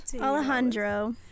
alejandro